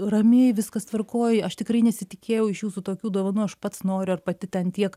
ramiai viskas tvarkoj aš tikrai nesitikėjau iš jūsų tokių dovanų aš pats noriu ar pati ten tiek